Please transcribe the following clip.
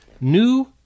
new